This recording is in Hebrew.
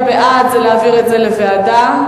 בעד זה להעביר את הנושא לוועדה,